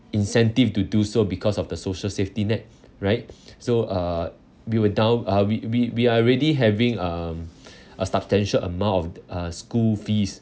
incentive to do so because of the social safety net right so uh we were down uh we we we are already having um a substantial amount of uh school fees